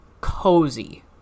cozy